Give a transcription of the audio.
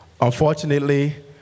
Unfortunately